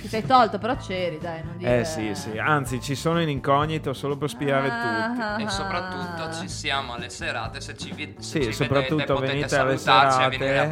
Ti sei tolto, però c'eri, dai, non Eh, dire- sì, sì. Anzi, ci sono in incognito solo per spiare tutti. Ah. E soprattutto ci siamo alle serate, se ci vi- se Sì, ci vedete, soprattutto potete venite alle salutarci serate. e venire a